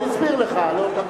הוא הסביר לך.